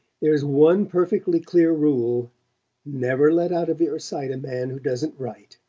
there's one perfectly clear rule never let out of your sight a man who doesn't write.